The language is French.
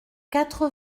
quatre